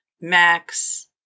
Max